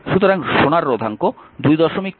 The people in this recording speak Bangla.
সুতরাং সোনার রোধাঙ্ক 245 10 8